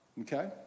okay